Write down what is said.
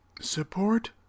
support